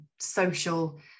social